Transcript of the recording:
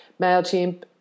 MailChimp